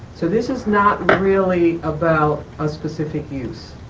so this is not really about a specific use.